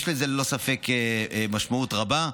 יש לזה ללא ספק משמעות רבה,